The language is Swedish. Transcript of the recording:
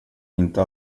inte